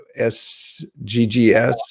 SGGS